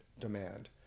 demand